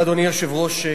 אדוני היושב-ראש,